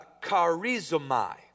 charizomai